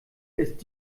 ist